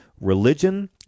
religion